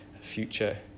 future